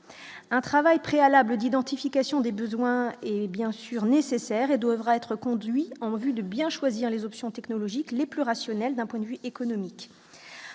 un travail préalable d'identification des besoins et bien sûr nécessaire et devra être conduit en vue de bien choisir les options technologiques les plus rationnelle d'un point de vue économique